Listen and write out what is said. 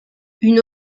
une